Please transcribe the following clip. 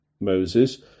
Moses